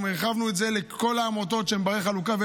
גם הרחבנו את זה לכל העמותות שהן בנות חלוקה,